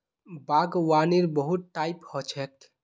बागवानीर बहुत टाइप ह छेक